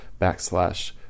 backslash